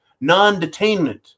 non-detainment